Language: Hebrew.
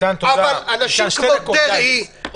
אבל אנשים כמו דרעי,